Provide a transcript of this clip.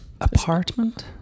apartment